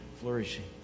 flourishing